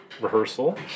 rehearsal